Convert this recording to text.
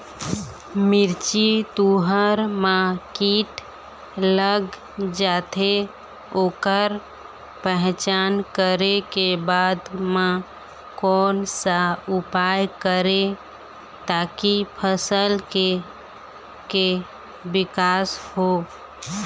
मिर्ची, तुंहर मा कीट लग जाथे ओकर पहचान करें के बाद मा कोन सा उपाय करें ताकि फसल के के विकास हो?